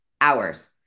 Hours